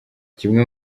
kimwe